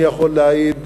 אני יכול להעיד,